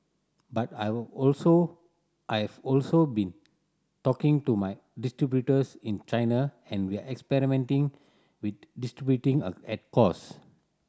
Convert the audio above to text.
but I've also I've also been talking to my distributors in China and we're experimenting with distributing a at cost